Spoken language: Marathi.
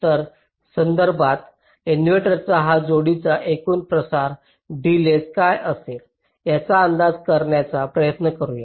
तर यासंदर्भात इनव्हर्टरच्या या जोडीचा एकूण प्रसार डिलेज काय असेल याचा अंदाज करण्याचा प्रयत्न करूया